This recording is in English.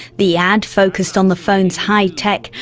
the ad focused on the phone's high tech,